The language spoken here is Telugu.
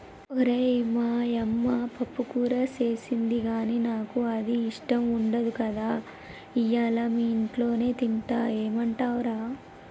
ఓరై మా యమ్మ పప్పుకూర సేసింది గానీ నాకు అది ఇష్టం ఉండదు కదా ఇయ్యల మీ ఇంట్లోనే తింటా ఏమంటవ్ రా